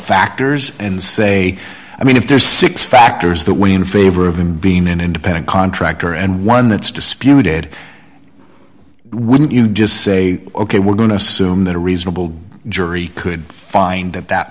factors and say i mean if there's six factors that weigh in favor of him being an independent contractor and one that's disputed wouldn't you just say ok we're going to assume that a reasonable jury could find that that